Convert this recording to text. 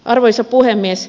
arvoisa puhemies